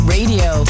Radio